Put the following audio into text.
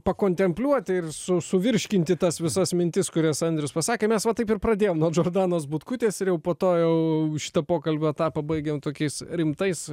pakontempliuoti ir su suvirškinti tas visas mintis kurias andrius pasakė mes va taip ir pradėjom nuo džordanos butkutės ir jau po to jau šito pokalbio etapą baigėm tokiais rimtais